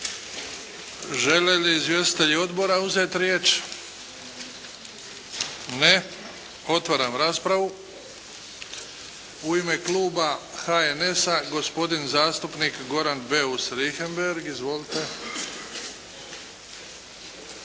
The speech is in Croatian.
Žele li izvjestitelji odbora uzeti riječ? Ne. Otvaram raspravu. U ime Kluba HNS-a gospodin zastupnik Goran Beus Richembergh. Izvolite.